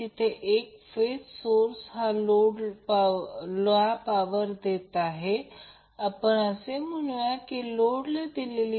आणि येथे resistance R आहे समान वायर आहे म्हणून येथे सुद्धा R आणि समान लांबी आहे